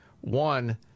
One